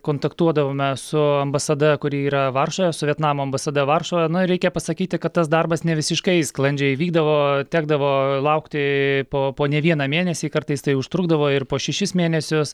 kontaktuodavome su ambasada kuri yra varšuvoje su vietnamo ambasada varšuvoje na reikia pasakyti kad tas darbas nevisiškai sklandžiai vykdavo tekdavo laukti po po ne vieną mėnesį kartais tai užtrukdavo ir po šešis mėnesius